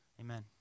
Amen